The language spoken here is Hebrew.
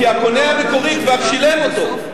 כי הקונה המקורי כבר שילם אותו.